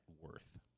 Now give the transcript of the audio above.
worth